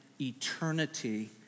eternity